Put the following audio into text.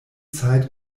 zeit